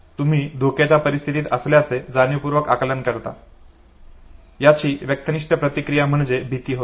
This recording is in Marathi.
तुम्ही धोक्याच्या परिस्थितीत असल्याचे जाणीवपूर्वक आकलन करता याची व्यक्तिनिष्ठ प्रतिक्रिया म्हणजे भीती होय